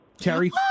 Terry